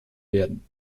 werden